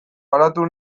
garatu